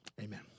Amen